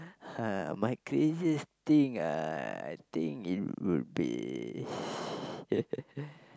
ha my craziest thing ah I think it would be